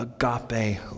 agape